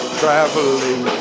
traveling